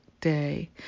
day